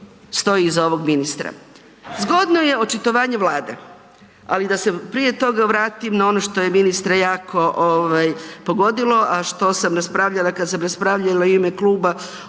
stoji iza ovog ministra. Zgodno je očitovanje Vlade, ali da se prije toga vratim na ono što je ministra jako ovaj pogodilo, a što sam raspravljala kad sam raspravljala i u ime kluba